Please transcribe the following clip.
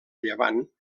llevant